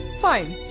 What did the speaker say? Fine